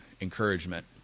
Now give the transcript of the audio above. encouragement